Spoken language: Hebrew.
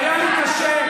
היה לי קשה.